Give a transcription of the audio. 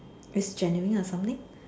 is genuine or something